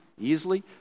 easily